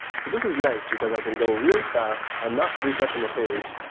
so this is nice, because i can go really fast. i'm not refreshing the page.